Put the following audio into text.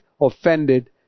offended